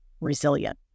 resilient